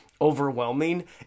overwhelming